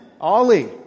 ollie